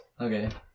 Okay